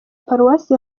paruwasi